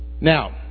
Now